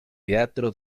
teatro